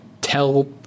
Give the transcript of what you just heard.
tell